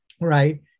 right